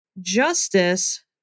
Justice